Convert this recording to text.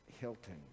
Hilton